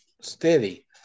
steady